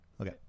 Okay